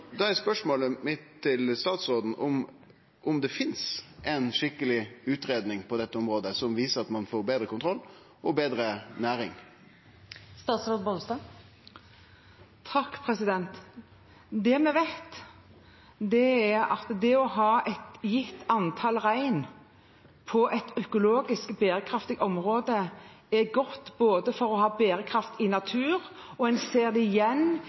Da er spørsmålet mitt til statsråden om det finst ei skikkeleg utgreiing på dette området som viser at ein får betre kontroll og ei betre næring. Det vi vet, er at det å ha et gitt antall rein i et økologisk bærekraftig område, er godt for å ha en bærekraftig natur, og en ser det igjen